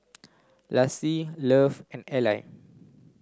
Lassie Love and Eli